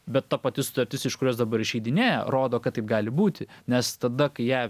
bet ta pati sutartis iš kurios dabar išeidinėja rodo kad taip gali būti nes tada kai ją